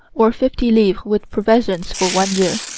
or fifty livres with provisions for one year,